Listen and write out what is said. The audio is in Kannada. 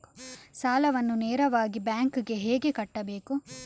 ಸಾಲವನ್ನು ನೇರವಾಗಿ ಬ್ಯಾಂಕ್ ಗೆ ಹೇಗೆ ಕಟ್ಟಬೇಕು?